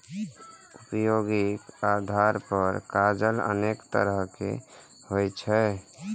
उपयोगक आधार पर कागज अनेक तरहक होइ छै